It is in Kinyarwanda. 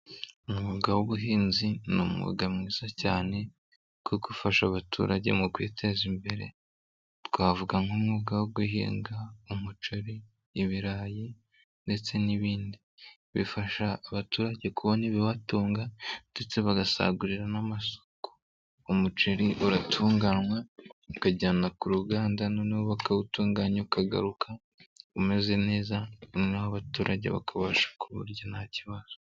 Umwuga w'ubuhinzi ni umwuga mwiza cyane kuko ufasha abaturage mu kwiteza imbere. Twavuga nk'umwuga wo guhinga umuceri, ibirayi ndetse n'ibindi. Bifasha abaturage kubona ibibatunga ndetse bagasagurira n'amasoko. Umuceri uratunganywa bakajyana ku ruganda noneho bakawutunganya ukagaruka umeze neza noneho abaturage bakabasha ku buryo nta kibazo.